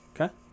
Okay